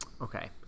okay